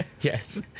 Yes